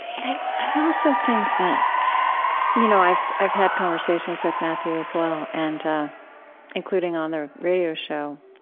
i also think that you know i've i've had conversations with matthew as well, and including on the radio show.